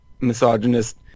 misogynist